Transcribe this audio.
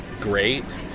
great